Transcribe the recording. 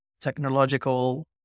technological